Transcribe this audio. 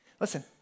Listen